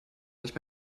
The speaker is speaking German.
nicht